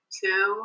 two